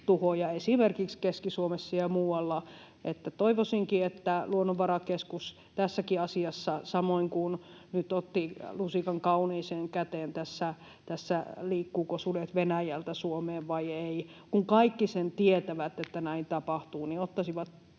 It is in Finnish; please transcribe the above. esimerkiksi Keski-Suomessa ja muualla. Toivoisinkin, että Luonnonvarakeskus tässäkin asiassa — samoin kuin nyt otti lusikan kauniiseen käteen tässä, että liikkuvatko sudet Venäjältä Suomeen vai ei — kun kaikki sen tietävät, että näin tapahtuu, ottaisi